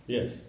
Yes